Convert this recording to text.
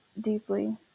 deeply